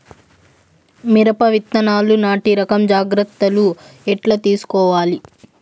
మిరప విత్తనాలు నాటి రకం జాగ్రత్తలు ఎట్లా తీసుకోవాలి?